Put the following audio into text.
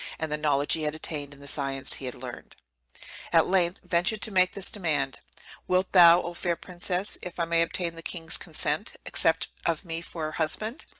and the knowledge he had attained in the sciences he had learned at length ventured to make this demand wilt thou, thou, o fair princess, if i may obtain the king's consent, accept of me for a husband?